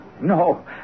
no